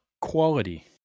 quality